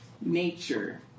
nature